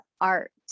art